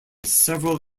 several